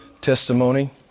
testimony